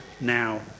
now